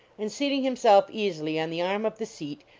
and seating him self easily on the arm of the seat,